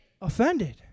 Offended